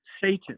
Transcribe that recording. Satan